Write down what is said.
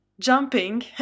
Jumping